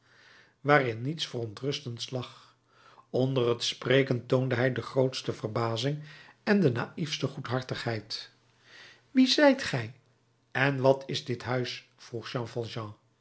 waarin niets verontrustends lag onder t spreken toonde hij de grootste verbazing en de naïefste goedhartigheid wie zijt gij en wat is dit huis